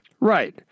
Right